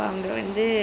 mm